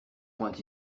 point